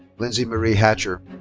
lindsey marie hatcher.